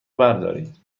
بردارید